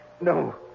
No